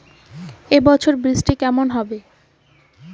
এবছর বৃষ্টি কেমন হবে?